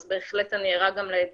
כך שאני בהחלט ערה לאתגרים